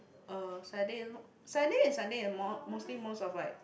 uh Saturday Saturday and Sunday more mostly most of like